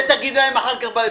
את זה תגיד להם אחר כך.